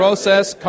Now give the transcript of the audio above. process